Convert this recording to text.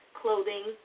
clothing